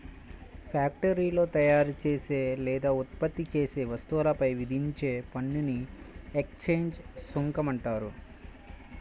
ఫ్యాక్టరీలో తయారుచేసే లేదా ఉత్పత్తి చేసే వస్తువులపై విధించే పన్నుని ఎక్సైజ్ సుంకం అంటారు